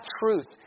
truth